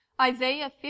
Isaiah